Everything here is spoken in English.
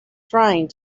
trying